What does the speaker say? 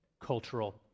cultural